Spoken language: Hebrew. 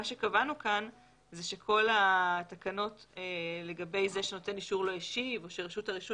קבענו כאן שכל התקנות לגבי זה שנותן אישור לא השיב או שרשות האישור